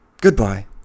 Goodbye